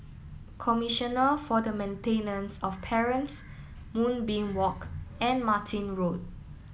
Commissioner for the Maintenance of Parents Moonbeam Walk and Martin Road